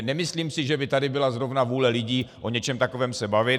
Nemyslím si, že by tady byla zrovna vůli lidí o něčem takovém se bavit.